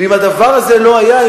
ואם הדבר הזה לא היה,